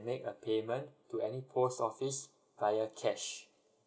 make a payment to any post office via cash